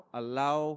allow